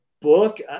book